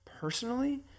personally